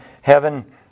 heaven